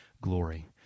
glory